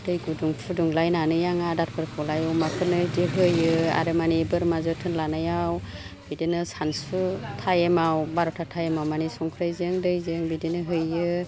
दै गुदुं फुदुंलायनानै आङो आदारफोरखौलाय अमाफोरनो इदि होयो आरो मानि बोरमा जोथोन लानायाव बिदिनो सानसु टाइमाव बारथा टाइमाव मानि संख्रिजों दैजों बिदिनो हैयो